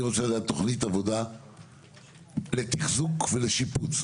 אני רוצה לדעת תוכנית עבודה לתחזוק ולשיפוץ.